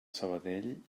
sabadell